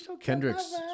Kendrick's